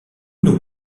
nous